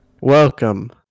Welcome